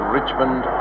Richmond